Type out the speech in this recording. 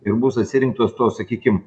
ir bus atsirinktos tos sakykim